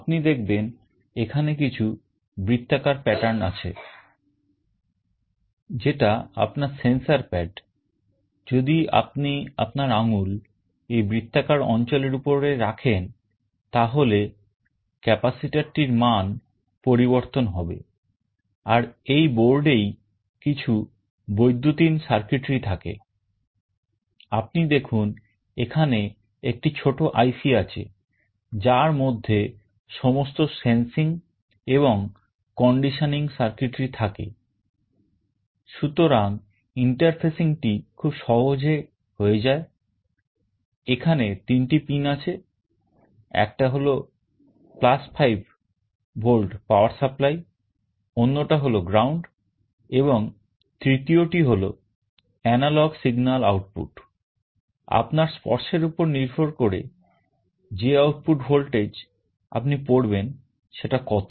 আপনি দেখবেন এখানে কিছু বৃত্তাকার pattern আছে যেটা আপনার sensor pad যদি আপনি আপনার আঙ্গুল এই বৃত্তাকার অঞ্চলের উপরে রাখেন তাহলে capacitor টির মান আপনার স্পর্শের উপর নির্ভর করে যে আউটপুট ভোল্টেজ আপনি পড়বেন সেটা কত